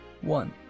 one